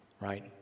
right